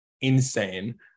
insane